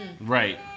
Right